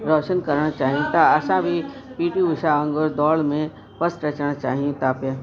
रोशनु करण चाहियूं था असां बि पी टी उषा वांगुरु डोड़ में फ़स्ट अचणु चाहियूं था पिया